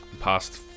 past